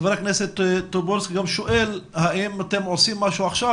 חבר הכנסת טופורובסקי שואל האם אתם עושים משהו עכשיו,